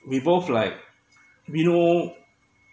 we both like we know